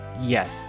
Yes